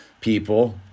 people